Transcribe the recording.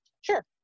sure